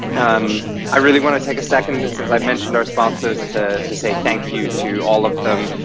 um i really want to take a second, since i've mentioned our sponsors, to to say thank you to all of them.